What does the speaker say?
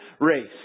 race